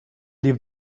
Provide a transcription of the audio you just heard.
live